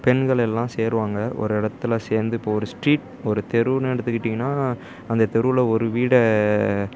பெண்கள் எல்லாம் சேருவாங்க ஒரு இடத்துல சேர்ந்து இப்போ ஒரு ஸ்ட்ரீட் ஒரு தெருவுன்னு எடுத்துக்கிட்டீங்கன்னா அந்த தெருவில் ஒரு வீடை